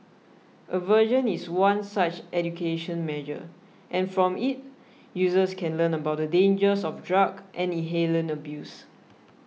aversion is one such education measure and from it users can learn about the dangers of drug and inhalant abuse